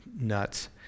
nuts